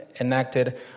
enacted